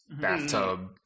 Bathtub